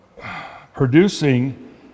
producing